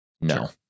No